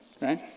right